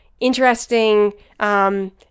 interesting